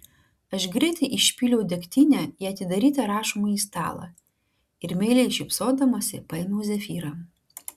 aš greitai išpyliau degtinę į atidarytą rašomąjį stalą ir meiliai šypsodamasi paėmiau zefyrą